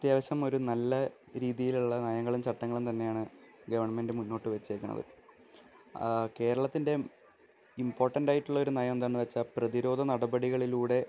അത്യാവശ്യം ഒരു നല്ല രീതിയിലുള്ള നയങ്ങളും ചട്ടങ്ങളും തന്നെയാണ് ഗവൺമെൻറ്റ് മുന്നോട്ടു വച്ചേക്കണത് കേരളത്തിൻ്റെ ഇമ്പോർട്ടൻറ്റായിട്ടുള്ളൊരു നയമെന്താണെന്നു വെച്ചാൽ പ്രതിരോധ നടപടികളിലൂടെ